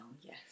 yes